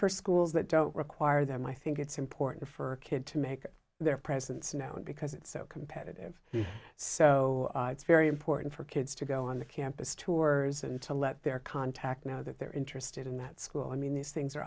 for schools that don't require them i think it's important for a kid to make their presence known because it's so competitive so it's very important for kids to go on the campus tours and to let their contact know that they're interested in that school i mean these things are